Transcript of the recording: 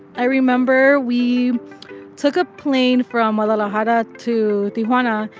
i remember we took a plane from guadalajara to tijuana,